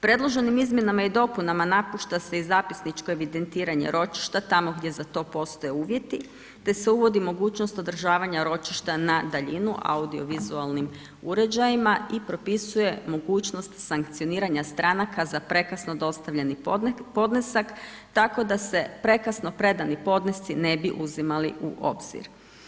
Predloženim izmjenama i dopunama napušta se i zapisničko evidentiranje ročišta tamo gdje za to postoje uvjeti, te se uvodi mogućnost održavanja ročišta na daljinu audiovizualnim uređajima i propisuje mogućnost sankcioniranja stranaka za prekasno dostavljeni podnesak, tako da se prekasno predani podnesci ne bi uzimali u obzir.